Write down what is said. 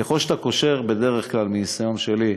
ככל שאתה קושר, בדרך כלל, מניסיון שלי,